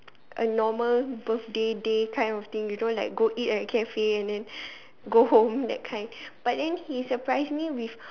a normal birthday day kind of thing you know like go eat at a cafe and then go home that kind but then he surprise me with